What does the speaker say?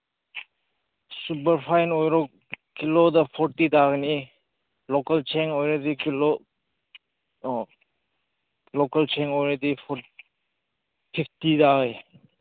superfine ꯑꯣꯏꯔꯣ ꯀꯤꯂꯣꯗ forty ꯇꯥꯒꯅꯤ ꯂꯣꯀꯦꯜ ꯆꯦꯡ ꯑꯣꯏꯔꯗꯤ ꯀꯤꯂꯣ ꯑꯣ ꯂꯣꯀꯦꯜ ꯆꯦꯡ ꯑꯣꯏꯔꯗꯤ ꯐꯤꯞꯇꯤ ꯇꯥꯏ